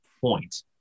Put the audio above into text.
point